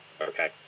Okay